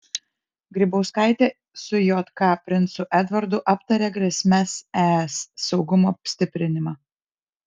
grybauskaitė su jk princu edvardu aptarė grėsmes es saugumo stiprinimą